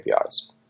APIs